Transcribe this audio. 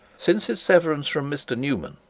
since his severance from mr newman,